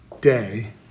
day